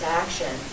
action